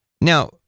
Now